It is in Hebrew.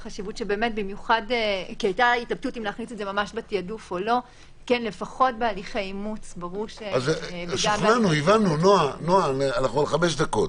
חשיבות לתיקים שהם תיקי אימוץ או תיקי נזקקות של קטינים,